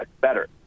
better